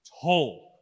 toll